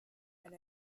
and